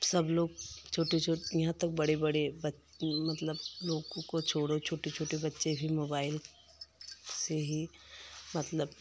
सब लोग छोटे छोट यहाँ तक बड़े बड़े बच मतलब लोगो को छोड़ो छोटे छोटे बच्चे भी मोबाइल से ही मतलब